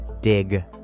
dig